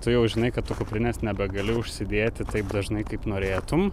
tu jau žinai kad tu kuprinės nebegali užsidėti taip dažnai kaip norėtum